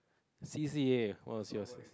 C_C_A what was yours